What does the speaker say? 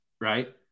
right